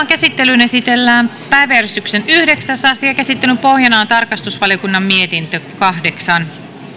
käsittelyyn esitellään päiväjärjestyksen yhdeksäs asia käsittelyn pohjana on tarkastusvaliokunnan mietintö kahdeksan